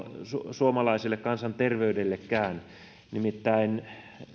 suomalaiselle kansanterveydellekään nimittäin